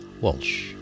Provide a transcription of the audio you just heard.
Walsh